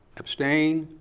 abstain?